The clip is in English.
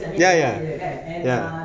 ya ya ya